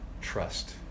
trust